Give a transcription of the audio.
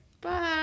Bye